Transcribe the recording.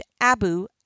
Abu